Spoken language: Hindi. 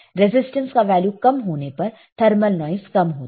रेजिस्टेंस का वैल्यू कम करने पर थर्मल नॉइस कम होता है